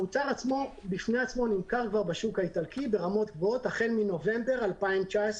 המוצר עצמו נמכר כבר בשוק האיטלקי ברמות גבוהות החל מנובמבר 2019,